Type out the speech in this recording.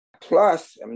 Plus